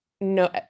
no